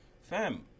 fam